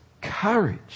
courage